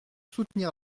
soutenir